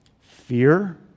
fear